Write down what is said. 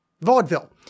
vaudeville